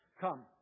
Come